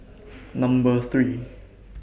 Number three